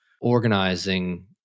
organizing